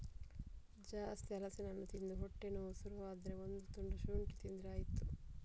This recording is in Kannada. ಜಾಸ್ತಿ ಹಲಸಿನ ಹಣ್ಣು ತಿಂದು ಹೊಟ್ಟೆ ನೋವು ಶುರು ಆದ್ರೆ ಒಂದು ತುಂಡು ಶುಂಠಿ ತಿಂದ್ರೆ ಆಯ್ತು